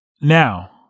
Now